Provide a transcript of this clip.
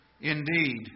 indeed